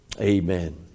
amen